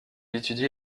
étudie